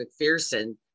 McPherson